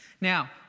Now